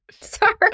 Sorry